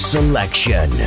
Selection